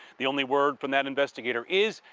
the only word from that investigation is,